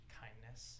kindness